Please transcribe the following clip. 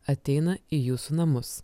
ateina į jūsų namus